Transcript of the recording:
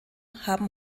haben